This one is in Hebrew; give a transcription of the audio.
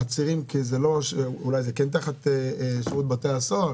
עצירים כי זה לא אולי זה כן תחת שירות בתי הסוהר